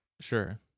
sure